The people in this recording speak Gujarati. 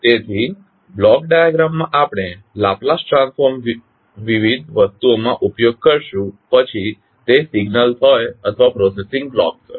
તેથી બ્લોક ડાયાગ્રામમાં આપણે લાપ્લાસ ટ્રાન્સફોર્મ વિવિધ વસ્તુઓમાં ઉપયોગ કરશું પછી તે સિગ્ન્લસ હોય અથવા પ્રોસેસિંગ બ્લોક્સ હોય